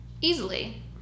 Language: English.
easily